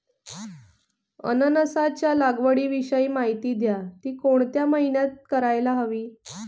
अननसाच्या लागवडीविषयी माहिती द्या, ति कोणत्या महिन्यात करायला हवी?